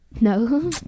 No